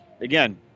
again